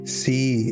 see